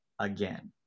again